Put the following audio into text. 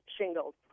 shingles